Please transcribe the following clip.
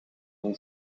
een